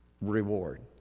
reward